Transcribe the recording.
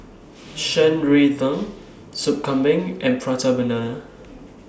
Shan Rui Sop Kambing and Prata Banana